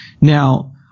Now